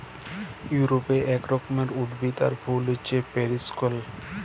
ইউরপে এক রকমের উদ্ভিদ আর ফুল হচ্যে পেরিউইঙ্কেল